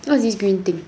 what's this green thing